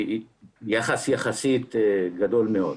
יחסית זה הרבה מאוד.